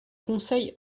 conseil